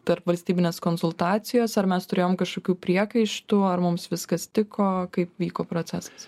tarpvalstybinės konsultacijos ar mes turėjom kažkokių priekaištų ar mums viskas tiko kaip vyko procesas